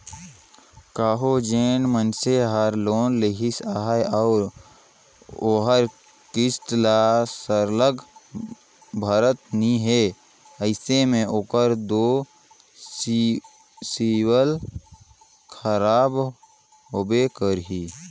कहों जेन मइनसे हर लोन लेहिस अहे अउ ओहर किस्त ल सरलग भरत नी हे अइसे में ओकर दो सिविल खराब होबे करही